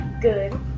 Good